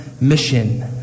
mission